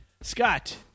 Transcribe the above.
Scott